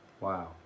Wow